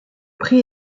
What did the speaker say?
prix